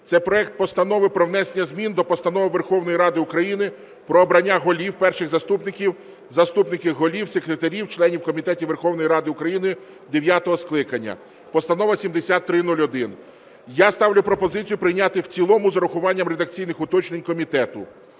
це проект Постанови про внесення змін до Постанови Верховної Ради України "Про обрання голів, перших заступників, заступників голів, секретарів, членів комітетів Верховної Ради України дев'ятого скликання". Постанова 7301. Я ставлю пропозицію прийняти в цілому з урахуванням редакційних уточнень комітету.